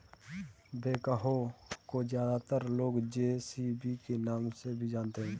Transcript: backhoe को ज्यादातर लोग जे.सी.बी के नाम से भी जानते हैं